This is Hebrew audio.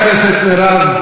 חברת הכנסת מירב.